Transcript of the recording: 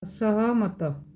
ଅସହମତ